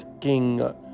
king